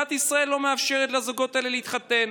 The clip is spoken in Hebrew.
מדינת ישראל לא מאפשרת לזוגות האלה להתחתן.